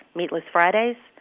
meatless fridays,